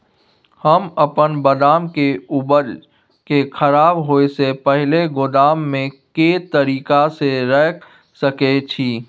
हम अपन बदाम के उपज के खराब होय से पहिल गोदाम में के तरीका से रैख सके छी?